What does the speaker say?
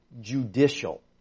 judicial